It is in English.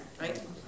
right